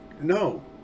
no